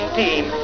team